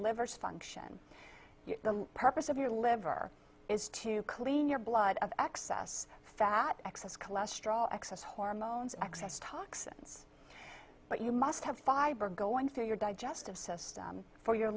liver function the purpose of your liver is to clean your blood of excess fat excess cholesterol excess hormones excess toxins but you must have fiber going through your digestive system for your